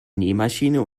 nähmaschine